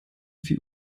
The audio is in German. viel